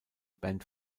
band